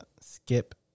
Skip